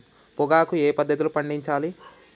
పొగాకు ఏ పద్ధతిలో పండించాలి?